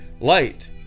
light